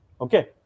Okay